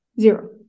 Zero